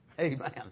Amen